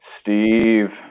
Steve